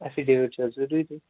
affidavit چھِ حظ ضُروٗری